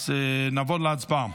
אז נעבור להצבעה.